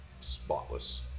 Spotless